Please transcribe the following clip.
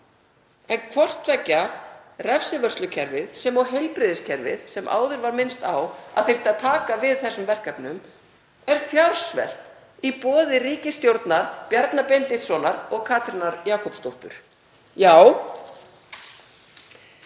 En hvort tveggja refsivörslukerfið og heilbrigðiskerfið, sem áður var minnst á að þyrfti að taka við þessum verkefnum, er fjársvelt í boði ríkisstjórnar Bjarna Benediktssonar og Katrínar Jakobsdóttur.